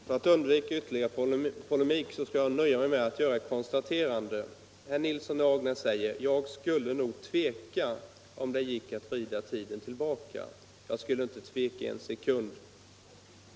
Herr talman! För att undvika ytterligare polemik skall jag nöja mig med ett konstaterande. Herr Nilsson i Agnäs säger: Om jag trodde att tiden ginge att vrida tillbaka skulle jag nog ändå tveka. Själv skulle jag inte tveka en sekund.